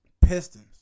Pistons